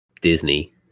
Disney